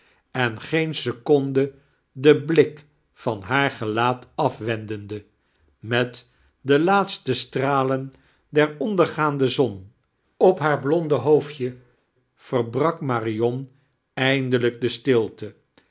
en geen seconidte den bmk van jhaar gelaat afwendende met de laatste sitiralen der onidergaande zion op haar blonde hocrfdje veiarak marion eiindelijk de stilte